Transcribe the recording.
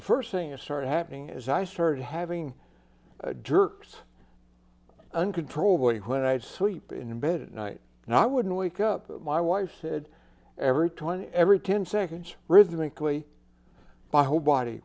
the first thing i started happening is i started having jerks uncontrollably when i would sleep in bed at night and i wouldn't wake up my wife said every twenty every ten seconds rhythmically by whole body